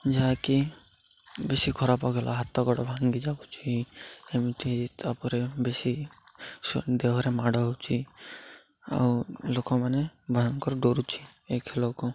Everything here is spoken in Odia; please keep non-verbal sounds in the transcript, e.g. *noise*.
ଯାହାକି ବେଶୀ ଖରାପ *unintelligible* ହାତଗୋଡ଼ ଭାଙ୍ଗି ଯାଉଚି ଏମିତି ତା'ପରେ ବେଶୀ *unintelligible* ଦେହରେ ମାଡ଼ ହେଉଛି ଆଉ ଲୋକମାନେ ଭଙ୍କର ଡରୁଛି ଏ ଖେଳକୁ